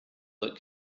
that